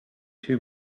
two